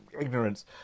ignorance